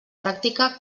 pràctica